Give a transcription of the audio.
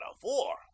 four